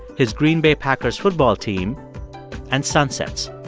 his green bay packers football team and sunsets.